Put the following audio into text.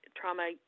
trauma